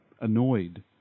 annoyed